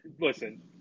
listen